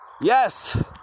yes